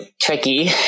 tricky